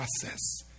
process